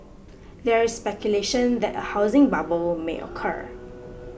there is speculation that a housing bubble may occur